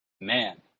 man